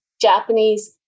Japanese